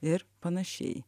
ir panašiai